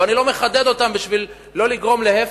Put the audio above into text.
ואני לא מחדד אותם כדי לא לגרום את ההיפך,